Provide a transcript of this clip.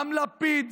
גם לפיד,